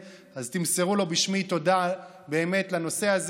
תמסרו לו בשמי תודה על הנושא הזה.